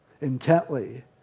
intently